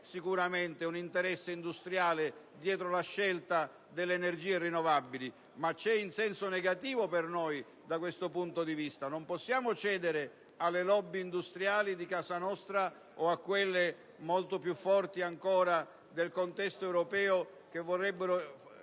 sicuramente un interesse industriale dietro la scelta delle energie rinnovabili, che per noi è in senso negativo da questo punto di vista. Non possiamo cedere alle *lobby* industriali di casa nostra o a quelle, molto più forti, del contesto europeo, che vorrebbero